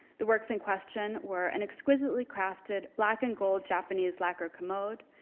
the works in question were an exquisitely crafted black and gold japanese lacquer commode,